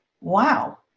wow